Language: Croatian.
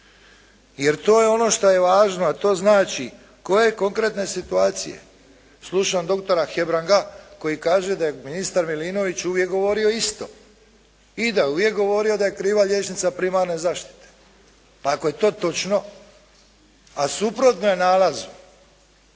Jer to je ono što je važno a to znači koje konkretne situacije? Slušam doktora Hebranga koji kaže da je ministar Milinović uvijek govorio isto. I da je uvijek govorio da je kriva liječnica primarne zaštite. Pa ako je to točno, a suprotno je nalaz